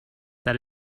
that